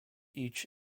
each